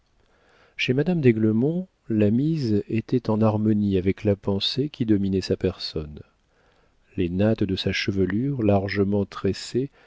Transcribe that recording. chez madame d'aiglemont la mise était en harmonie avec la pensée qui dominait sa personne les nattes de sa chevelure largement tressée